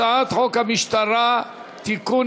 הצעת חוק המשטרה (תיקון,